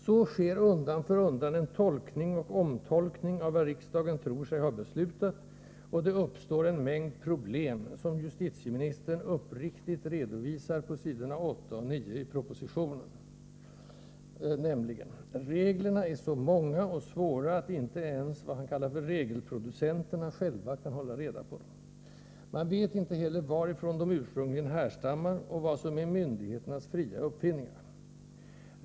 Så sker undan för undan en tolkning och omtolkning av vad riksdagen tror sig ha beslutat, och det uppstår en mängd ”problem”, som justitieministern uppriktigt redovisar på s. 8 och 9 i propositionen, nämligen: Reglerna är så många och svåra att inte ens ”regelproducenterna” själva kan hålla reda på dem. Man vet inte heller varifrån de ursprungligen härstammar och vad som är myndigheternas fria uppfinningar.